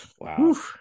Wow